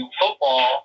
football